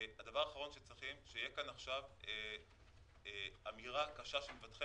הדבר האחרון שצריכים זה שתהיה כאן עכשיו אמירה קשה של מבטחי